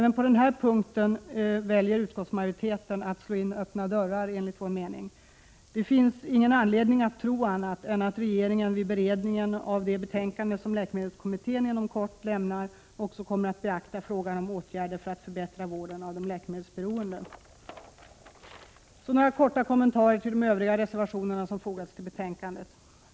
Enligt vår mening väljer utskottsmajoriteten att slå in öppna dörrar även på den här punkten. Det finns ingen anledning att tro annat än att regeringen, vid beredningen av det betänkande som läkemedelskommittén inom kort lägger fram, också kommer att beakta frågan om åtgärder för att förbättra vården av de läkemedelsberoende. Jag vill sedan göra några korta kommentarer till de övriga reservationer som har fogats till betänkandet.